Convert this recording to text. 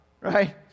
right